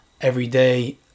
everyday